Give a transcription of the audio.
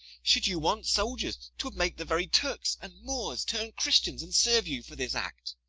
should you want soldiers, twould make the very turks and moors turn christians, and serve you for this act.